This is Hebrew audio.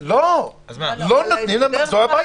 לא, על זה שלא נותנים להם לחזור הביתה.